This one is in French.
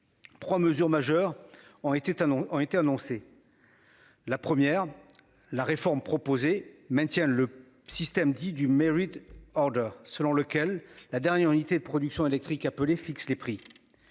3 mesures majeures, on était à non été annoncés. La première, la réforme proposée maintient le système dit du mérite hors selon lequel la dernière unité de production électrique fixe les prix.